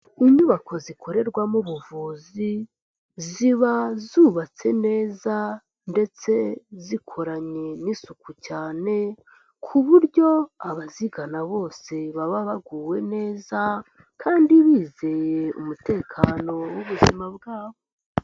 Inyubako zikorerwamo ubuvuzi, ziba zubatse neza ndetse zikoranye n'isuku cyane, ku buryo abazigana bose baba baguwe neza kandi bizeye umutekano w'ubuzima bwabo.